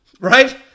Right